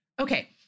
Okay